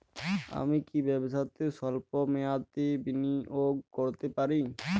আমি কি ব্যবসাতে স্বল্প মেয়াদি বিনিয়োগ করতে পারি?